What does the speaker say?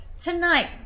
Tonight